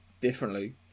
differently